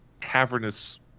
cavernous